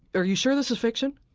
are you sure this is fiction?